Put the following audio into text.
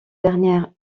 dernière